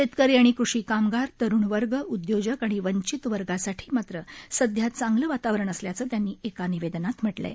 शेतकरी आणि कृषी कामगार तरुण वर्ग उद्योजक आणि वंचित वर्गासाठी सध्या चांगलं वातावरण असल्याचं त्यांनी एका निवेदनात म्हटलं आहे